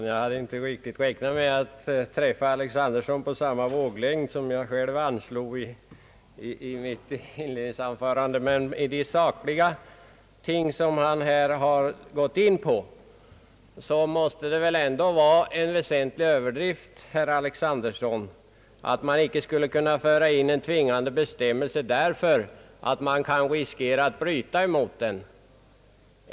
Herr talman! Jag hade inte räknat med att herr Alexanderson skulle svara mig på samma våglängd som jag själv anslog i mitt inledningsanförande. När det gäller de sakliga ting, som han här gick in på, måste det väl ändå vara en väsentlig överdrift att man inte skulle kunna införa en tvingande bestämmelse därför att man riskerar att bryta mot den.